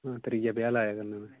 हां त्रीआ ब्याह् लाया करना में